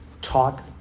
talk